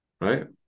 right